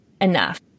enough